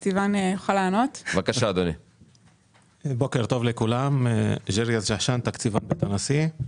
בוקר טוב לכולם, אני תקציבן בית הנשיא.